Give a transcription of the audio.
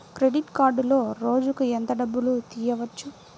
Credit కార్డులో రోజుకు ఎంత డబ్బులు తీయవచ్చు?